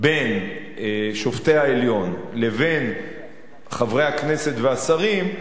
בין שופטי העליון לבין חברי הכנסת והשרים,